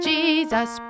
Jesus